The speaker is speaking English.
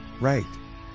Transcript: right